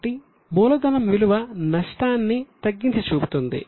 కాబట్టి మూలధనం విలువ నష్టాన్ని తగ్గించి చూపుతుంది